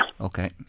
Okay